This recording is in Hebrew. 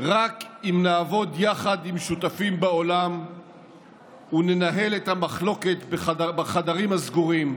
רק אם נעבוד יחד עם שותפים בעולם וננהל את המחלוקת בחדרים הסגורים,